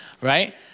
right